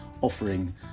offering